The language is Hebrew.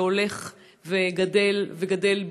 שהולך וגדל וגדל,